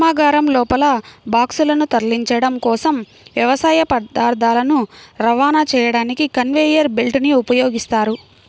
కర్మాగారం లోపల బాక్సులను తరలించడం కోసం, వ్యవసాయ పదార్థాలను రవాణా చేయడానికి కన్వేయర్ బెల్ట్ ని ఉపయోగిస్తారు